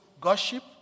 gossip